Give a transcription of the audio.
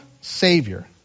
Savior